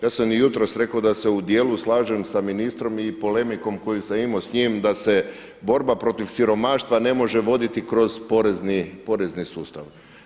Ja sam i jutros rekao da se u dijelu slažem sa ministrom i polemikom koju sam imao s njim da se borba protiv siromaštva ne može voditi kroz porezni sustav.